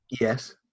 Yes